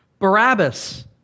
Barabbas